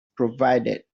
provided